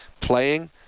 playing